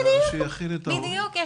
בדיוק.